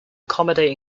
accommodate